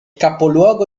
capoluogo